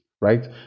right